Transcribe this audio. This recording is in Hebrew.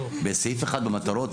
בסעיף 1 במטרות